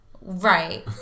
Right